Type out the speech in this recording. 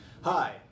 Hi